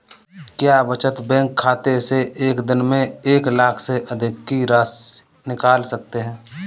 क्या बचत बैंक खाते से एक दिन में एक लाख से अधिक की राशि निकाल सकते हैं?